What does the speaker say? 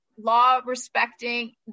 Law-respecting